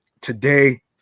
today